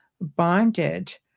bonded